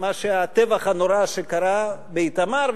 את הטבח הנורא שקרה באיתמר,